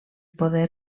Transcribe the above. poder